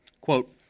Quote